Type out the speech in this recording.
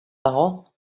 dago